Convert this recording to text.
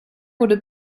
wurde